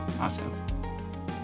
Awesome